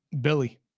Billy